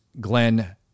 Glenn